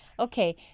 Okay